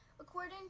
According